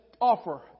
offer